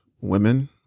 women